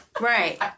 right